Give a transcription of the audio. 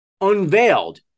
unveiled